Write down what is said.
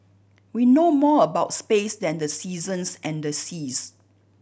we know more about space than the seasons and the seas